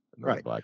Right